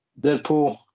Deadpool